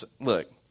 Look